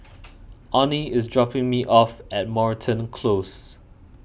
Onnie is dropping me off at Moreton Close